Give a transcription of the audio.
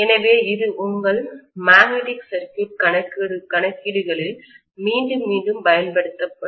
எனவே இது உங்கள் மேக்னெட்டிக் சர்க்யூட் கணக்கீடுகளில் மீண்டும் மீண்டும் பயன்படுத்தப்படும்